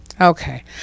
okay